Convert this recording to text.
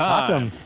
awesome.